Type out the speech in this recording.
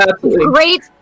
great